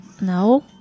No